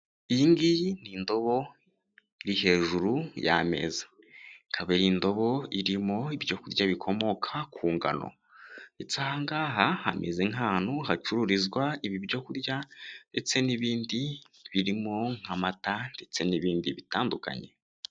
Iyi ngiyi ni indobo iri hejuru y'ameza, ikaba ari indobo irimo ibyo kurya bikomoka ku ngano ndetse aha ngaha hameze nk'ahantu hacururizwa ibyo kurya ndetse n'ibindi birimo nk'amata ndetse n'ibindi bitandukanye.